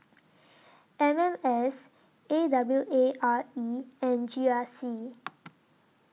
M M S A W A R E and G R C